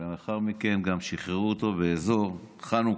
לאחר מכן גם שחררו אותו באזור חנוכה.